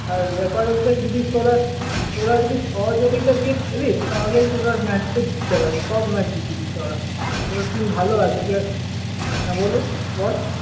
আর ব্যাপার হচ্ছে যদি তোরা তোরা যদি সহযোগিতা দিয়ে খেলিস তাহলেই তোরা ম্যাচটা জিততে পারবি সব ম্যাচ জিতবি তোরা তোদের টিম ভালো আছে হ্যাঁ বলুন বল